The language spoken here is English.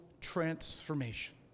transformation